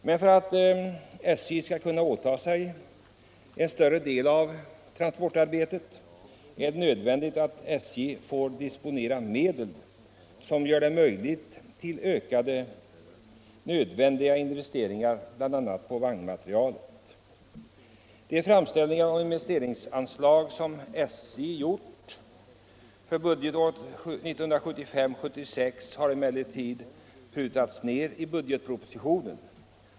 Men för att SJ skall kunna åta sig en större del av transportarbetet är det nödvändigt att SJ får disponera medel som möjliggör ökade investeringar i bl.a. vagnmateriel. De framställningar om investeringsanslag som SJ gjort för budgetåret 1975/76 har emellertid prutats ned i budgetpropositionen.